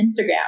Instagram